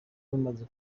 bamaze